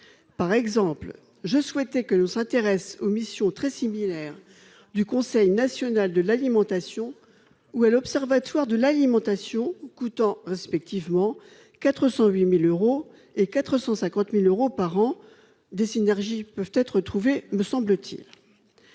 Par exemple, j'ai proposé que l'on se penche sur les missions très similaires du Conseil national de l'alimentation et de l'Observatoire de l'alimentation, coûtant respectivement 408 000 et 450 000 euros par an ; des synergies peuvent être trouvées, me semble-t-il.